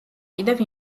კიდევ